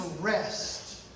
rest